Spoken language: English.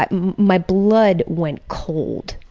but my blood went cold.